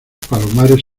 palomares